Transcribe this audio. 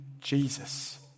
Jesus